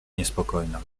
niespokojna